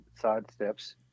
sidesteps